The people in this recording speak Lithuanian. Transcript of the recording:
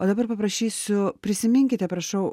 o dabar paprašysiu prisiminkite prašau